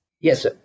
Yes